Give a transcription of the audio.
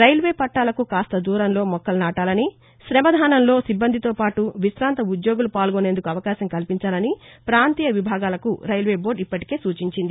railway పట్లాలకు కాస్త దూరంలో మొక్కలు నాటాలని శమదానంలో సిబ్బందితోపాటు వి శాంత ఉద్యోగులూ పాల్గొనేందుకు అవకాశం కల్పించాలని ప్రాంతీయ విభాగాలకు రైల్వే బోర్డు ఇప్పటికే సూచించింది